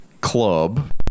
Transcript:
club